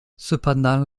cependant